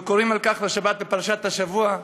אנחנו קוראים על כך השבת בפרשת השבוע,